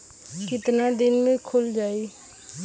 कितना दिन में खुल जाई?